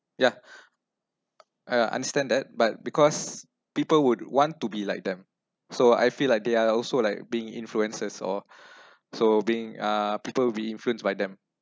yeah I understand that but because people would want to be like them so I feel like they are also like being influences also so being uh people will be influenced by them